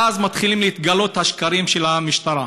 אז מתחילים להתגלות השקרים של המשטרה.